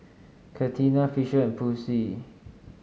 Catina Fisher and Posey